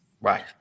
Right